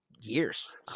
years